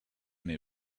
and